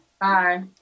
Bye